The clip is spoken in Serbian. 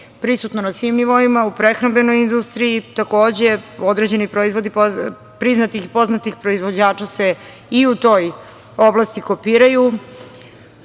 prisutno na svim nivoima u prehrambenoj industriji, takođe, određeni proizvodi priznatih i poznatih proizvođača i u toj oblasti kopiraju.